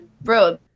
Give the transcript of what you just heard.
bro